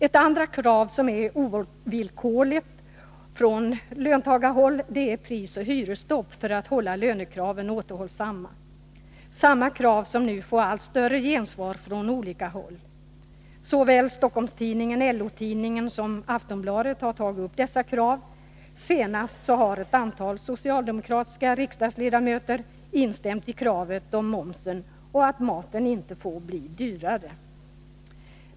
Ett annat krav, som är ovillkorligt från löntagarhåll, är prisoch hyresstopp för att hålla löneanspråken nere. Detta krav får nu allt större gensvar från olika håll. Såväl Stockholmstidningen som LO-tidningen och Aftonbladet har tagit upp det. Senast har ett antal socialdemokratiska ledamöter instämt i kravet på slopandet av en momshöjning och att maten inte får bli dyrare.